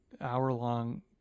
hour-long